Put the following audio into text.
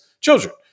children